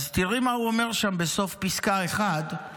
תראי מה הוא אומר שם בסוף פסקה 1,